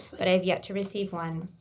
but i have yet to received one.